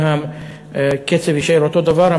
אם הקצב יישאר אותו דבר,